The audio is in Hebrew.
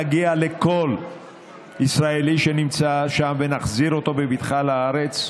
נגיע לכל ישראלי שנמצא שם ונחזיר אותו בבטחה לארץ.